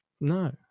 no